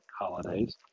holidays